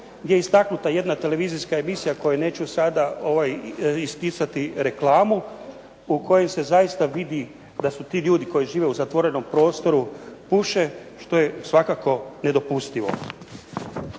gdje je istaknuta jedna televizijska emisija kojoj neću sada ispisati reklamu, u kojoj se zaista vidi da su ti ljudi koji žive u zatvorenom prostoru i puše, što je svakako nedopustivo.